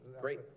Great